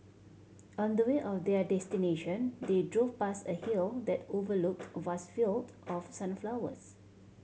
on the way or their destination they drove past a hill that overlooked a vast field of sunflowers